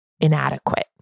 inadequate